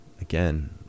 Again